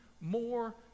more